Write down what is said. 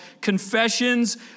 Confessions